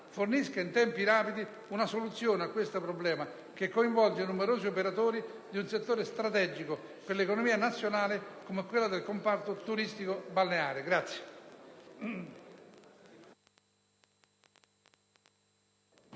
fornisca in tempi rapidi una soluzione a questo problema che coinvolge numerosi operatori di un settore strategico per l'economia nazionale come quello del comparto turistico-balneare.